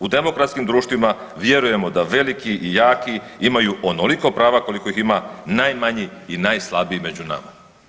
U demokratskim društvima vjerujemo da veliki i jaki imaju onoliko prava koliko ih ima najmanji i najslabiji među nama.